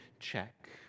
check